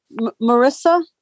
Marissa